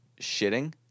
shitting